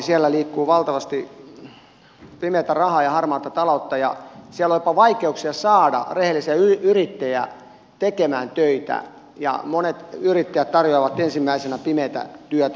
siellä liikkuu valtavasti pimeätä rahaa ja harmaata taloutta ja siellä on jopa vaikeuksia saada rehellisiä yrittäjiä tekemään töitä ja monet yrittäjät tarjoavat ensimmäisenä pimeätä työtä